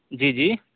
جی جی